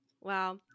Wow